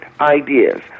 ideas